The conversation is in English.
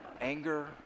anger